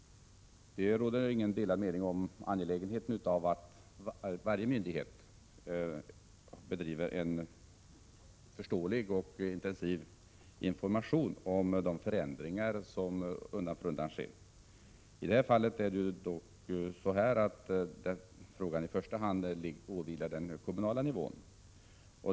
Det råder inga delade meningar om angelägenheten av att varje myndighet bedriver en förståelig och intensiv information om de förändringar som undan för undan kommer att ske. I det här fallet är det dock så att informationsskyldigheten i första hand åvilar kommunerna.